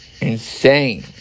insane